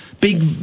Big